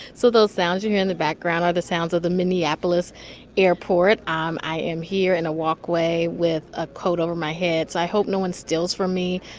so those sounds you hear in the background are the sounds of the minneapolis airport. um i am here in a walkway with a coat over my head, so i hope no one steals from me.